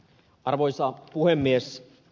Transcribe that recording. arvoisa puhemies